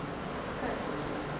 kan